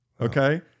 Okay